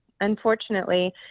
unfortunately